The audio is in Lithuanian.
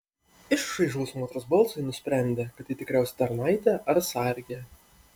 iš šaižaus moters balso ji nusprendė kad tai tikriausiai tarnaitė ar sargė